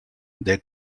their